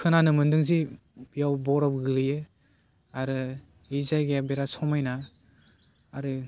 खोनानो मोनदों जि बेयाव बरफ गोलैयो आरो बे जायगाया बेराद समायना आरो